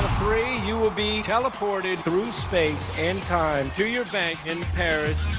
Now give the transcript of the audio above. three, you will be teleported through space and time to your bank in paris.